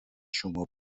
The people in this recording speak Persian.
شما